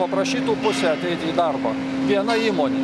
paprašytų pusę ateiti į darbą viena įmonė